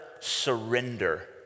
surrender